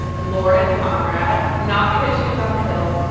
lauren conrad, not because she was on the hills,